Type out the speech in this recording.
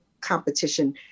competition